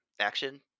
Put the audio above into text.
action